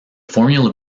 formula